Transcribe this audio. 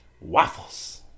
Waffles